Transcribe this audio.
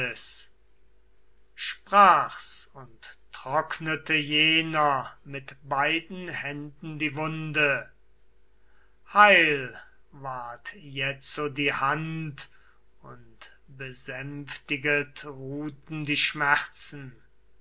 sprach's und trocknete jener mit beiden händen die wunde heil ward jetzo die hand und besänftiget ruhten die schmerzen